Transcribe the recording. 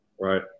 Right